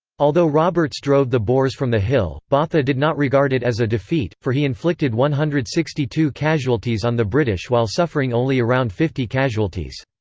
although roberts drove the boers from the hill, botha did not regard it as a defeat, for he inflicted one hundred and sixty two casualties on the british while suffering only around fifty casualties.